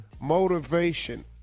motivation